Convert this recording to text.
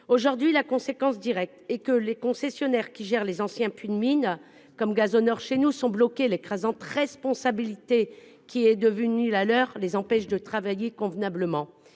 acteurs locaux. Conséquence directe aujourd'hui, les concessionnaires qui gèrent les anciens puits de mine, comme Gazonor chez nous, sont bloqués : l'écrasante responsabilité qui est devenue la leur les empêche de travailler convenablement.